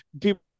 people